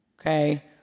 Okay